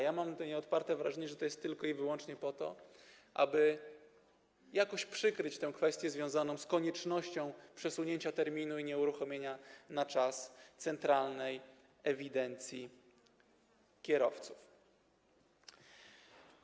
Ja mam nieodparte wrażenie, że to jest tylko i wyłącznie po to, aby jakoś przykryć tę kwestię związaną z koniecznością przesunięcia terminu i z nieuruchomieniem na czas centralnej ewidencji kierowców.